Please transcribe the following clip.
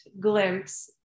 glimpse